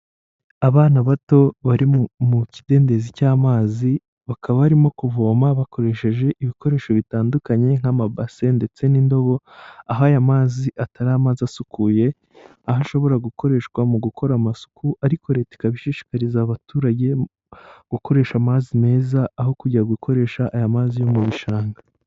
Abana bato bari mu kidendezi cy'amazi, bakaba barimo kuvoma bakoresheje ibikoresho bitandukanye nk'amabase ndetse n'indobo, aho aya mazi atari amazi asukuye, aho ashobora gukoreshwa mu gukora amasuku ariko leta ikaba ishishikariza abaturage gukoresha amazi meza aho kujya gukoresha aya mazi yo mu bishanga.